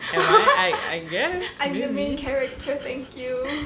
am I I I I guess maybe